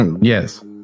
Yes